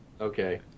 Okay